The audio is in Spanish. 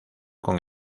con